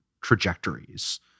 trajectories